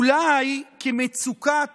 אולי כי מצוקת